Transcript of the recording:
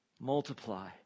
multiply